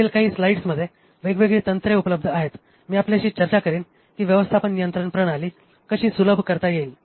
पुढील काही स्लाइड्समध्ये वेगवेगळी तंत्रे उपलब्ध आहेत मी आपल्याशी चर्चा करीन की व्यवस्थापन नियंत्रण प्रणाली कशी सुलभ करता येईल